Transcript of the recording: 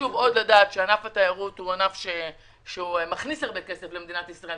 חשוב לדעת שענף התיירות הוא ענף שמכניס הרבה כסף למדינת ישראל,